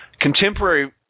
Contemporary